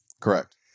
correct